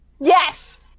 Yes